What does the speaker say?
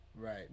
Right